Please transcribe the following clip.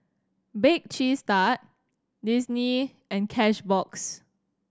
Bake Cheese Tart Disney and Cashbox